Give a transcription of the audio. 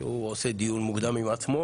שהוא עושה דיון מוקדם עם עצמו